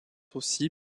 aussi